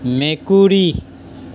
মেকুৰী